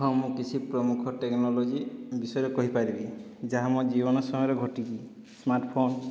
ହଁ ମୁଁ କିଛି ପ୍ରମୁଖ ଟେକ୍ନୋଲୋଜି ବିଷୟରେ କହିପାରିବି ଯାହା ମୋ ଜୀବନ ସମୟରେ ଘଟିଛି ସ୍ମାର୍ଟଫୋନ୍